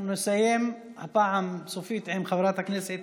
אנחנו נסיים, הפעם סופית, עם חברת הכנסת